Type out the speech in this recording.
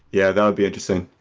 yeah, that would be interesting.